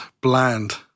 Bland